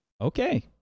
Okay